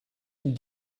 and